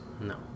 No